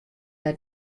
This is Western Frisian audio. nei